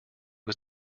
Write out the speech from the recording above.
was